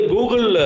Google